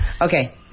Okay